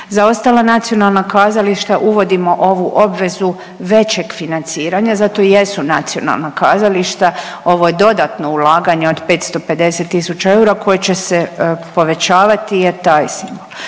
Za ostala nacionalna kazališta uvodimo ovu obvezu većeg financiranja zato i jesu nacionalna kazališta ovo je dodatno ulaganje od 550 tisuća eura koje će se povećavati je …/Govornica